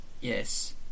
Yes